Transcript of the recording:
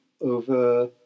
over